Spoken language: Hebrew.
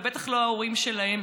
ובטח לא ההורים שלהם,